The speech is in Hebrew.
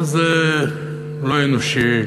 אבל זה לא אנושי,